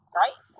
right